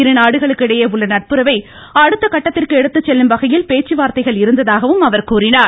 இருநாடுகளுக்கு இடையே உள்ள நட்புறவை அடுத்த கட்டத்திற்கு எடுத்துச்செல்லும் வகையில் பேச்சுவார்த்தைகள் இருந்ததாகவும் கூறினார்